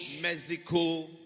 Mexico